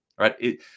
right